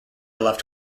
left